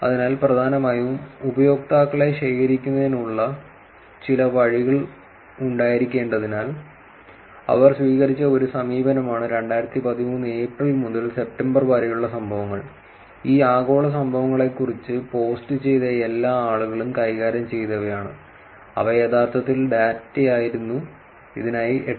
അതിനാൽ പ്രധാനമായും ഉപയോക്താക്കളെ ശേഖരിക്കുന്നതിനുള്ള ചില വഴികൾ ഉണ്ടായിരിക്കേണ്ടതിനാൽ അവർ സ്വീകരിച്ച ഒരു സമീപനമാണ് 2013 ഏപ്രിൽ മുതൽ സെപ്റ്റംബർ വരെയുള്ള സംഭവങ്ങൾ ഈ ആഗോള സംഭവങ്ങളെക്കുറിച്ച് പോസ്റ്റ് ചെയ്ത എല്ലാ ആളുകളും കൈകാര്യം ചെയ്തവയാണ് അവ യഥാർത്ഥത്തിൽ ഡാറ്റയായിരുന്നു ഇതിനായി 8